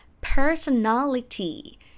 personality